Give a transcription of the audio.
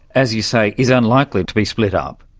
as you say, is unlikely to be split up.